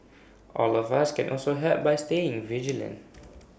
all of us can also help by staying vigilant